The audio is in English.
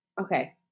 Okay